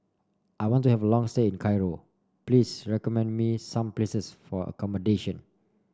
I want to have a long say in Cairo please recommend me some places for accommodation